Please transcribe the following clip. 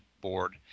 board